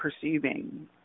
perceiving